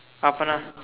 open up